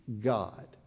God